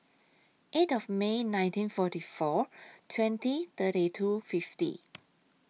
eight of May nineteen forty four twenty thirty two fifty